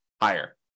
higher